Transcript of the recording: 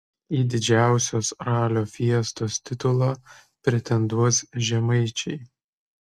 į didžiausios ralio fiestos titulą pretenduos žemaičiai